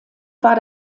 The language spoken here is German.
war